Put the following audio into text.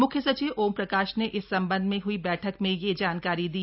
मुख्य सचिव ओमप्रकाश ने इस संबंध में हई बैठक में यह जानकारी दी